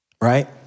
right